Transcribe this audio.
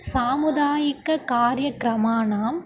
सामुदायिककार्यक्रमाणाम्